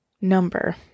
number